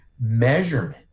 measurement